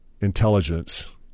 intelligence